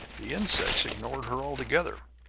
the insects ignored her altogether,